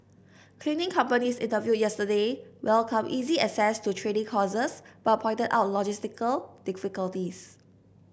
cleaning companies interviewed yesterday welcomed easy access to training courses but pointed out logistical difficulties